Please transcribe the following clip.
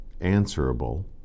answerable